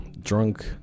Drunk